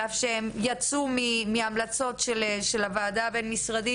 על אף שהם יצאו מהמלצות של הוועדה הבין משרדית.